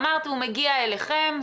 אמרת שהוא מגיע אליכם,